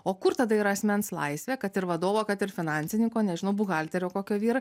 o kur tada yra asmens laisvė kad ir vadovo kad ir finansininko nežinau buhalterio kokio vyr